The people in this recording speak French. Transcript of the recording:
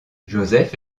josef